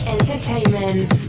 Entertainment